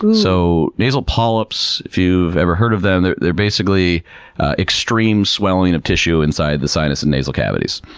so nasal polyps, if you've never heard of them, they're basically extreme swelling of tissue inside the sinus and nasal cavities.